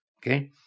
Okay